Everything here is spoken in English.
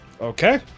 Okay